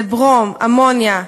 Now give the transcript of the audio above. זה ברום, אמוניה,